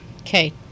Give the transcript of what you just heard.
Okay